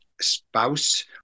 spouse